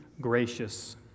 gracious